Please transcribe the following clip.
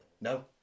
No